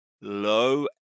low